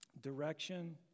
direction